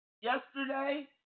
Yesterday